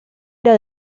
era